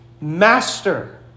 master